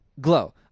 Glow